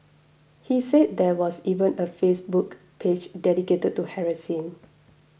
he said there was even a Facebook page dedicated to harass him